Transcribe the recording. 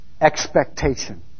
expectation